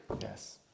Yes